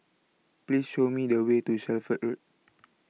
Please Show Me The Way to Shelford Road